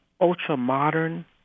ultra-modern